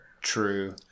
True